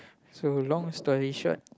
so long story short